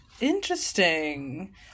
Interesting